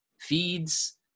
feeds